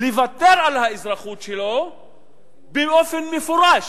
לוותר על האזרחות שלו באופן מפורש,